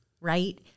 right